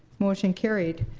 motion carried.